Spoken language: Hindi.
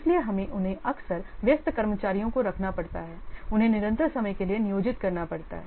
इसलिए हमें उन्हें अक्सर व्यस्त कर्मचारियों को रखना पड़ता है उन्हें निरंतर समय के लिए नियोजित करना पड़ता है